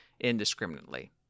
indiscriminately